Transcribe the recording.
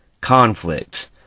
Conflict